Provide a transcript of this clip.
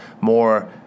more